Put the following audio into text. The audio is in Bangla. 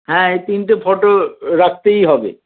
হ্যাঁ এই তিনটে ফটো রাখতেই হবে